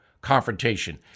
confrontation